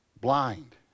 blind